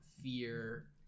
fear